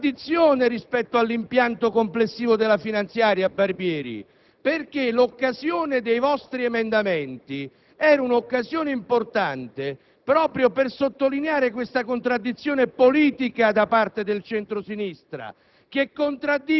Ed io intervengo non tanto per sostenere il dato quantitativo presente all'interno dell'emendamento che pur voteremo come Gruppo di Alleanza Nazionale, ma per sottolineare in termini politici la straordinaria contraddizione della maggioranza,